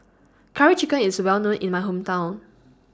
Curry Chicken IS Well known in My Hometown